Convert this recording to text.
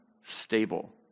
stable